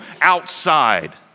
outside